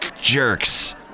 jerks